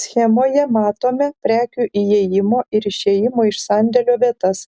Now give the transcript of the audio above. schemoje matome prekių įėjimo ir išėjimo iš sandėlio vietas